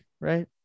right